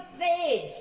they